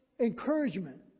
encouragement